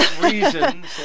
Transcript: Reasons